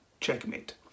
checkmate